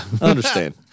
understand